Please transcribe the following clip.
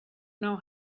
know